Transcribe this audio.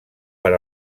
per